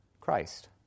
Christ